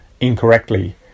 incorrectly